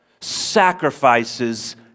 sacrifices